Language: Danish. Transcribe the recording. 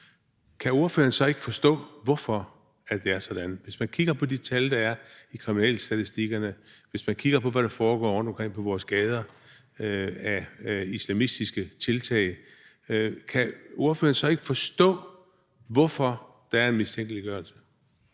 kan ordføreren så ikke forstå, hvorfor det er sådan? Hvis man kigger på de tal, der er i kriminalitetsstatistikkerne; hvis man kigger på, hvad der foregår rundt omkring i vores gader af islamistiske tiltag, kan ordføreren så ikke forstå, hvorfor der er en mistænkeliggørelse?